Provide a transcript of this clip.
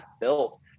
built